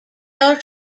are